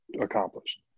accomplished